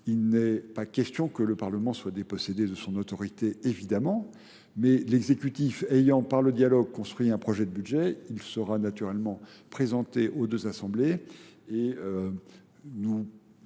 il n'est pas question que le Parlement soit dépossédé de son autorité, évidemment, mais l'exécutif ayant par le dialogue construit un projet de budget, il sera naturellement présenté aux deux assemblées et nous